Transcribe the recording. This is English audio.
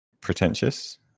pretentious